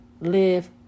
live